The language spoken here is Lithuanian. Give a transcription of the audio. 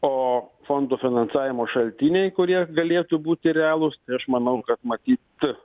o fondų finansavimo šaltiniai kurie galėtų būti realūs tai aš manau kad matyt